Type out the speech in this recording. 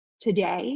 today